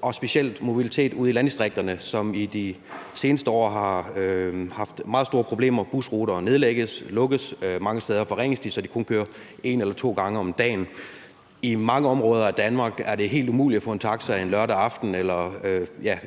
og specielt mobilitet ude i landdistrikterne, som i de seneste år har haft meget store problemer: Busruter nedlægges, lukkes, og mange steder forringes de, så de kun kører en eller to gange om dagen. I mange områder af Danmark er det helt umuligt at få en taxa en lørdag aften eller